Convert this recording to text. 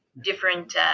different